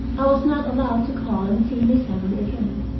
i was not allowed to call and see miss emily again.